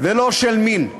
ולא של מין.